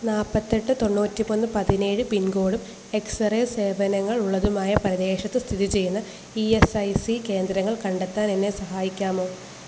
നാൽപ്പത്തെട്ട് തൊണ്ണൂറ്റിമൂന്ന് പതിനേഴ് പിൻകോഡും എക്സ്റേ സേവനങ്ങൾ ഉള്ളതുമായ പ്രദേശത്ത് സ്ഥിതിചെയ്യുന്ന ഈ എസ് ഐ സീ കേന്ദ്രങ്ങൾ കണ്ടെത്താൻ എന്നെ സഹായിക്കാമോ